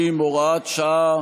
50, הוראת שעה),